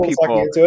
people